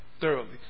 thoroughly